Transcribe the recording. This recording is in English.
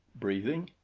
breathing?